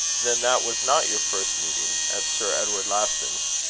then that was not your first meeting at sir edward laston's?